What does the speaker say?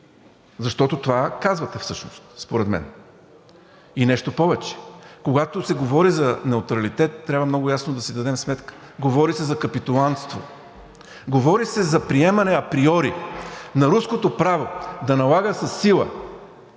Защото това казвате всъщност според мен. И нещо повече, когато се говори за неутралитет, трябва много ясно да си дадем сметка – говори се за капитулантство, говори се за приемане априори на руското право да налага със сила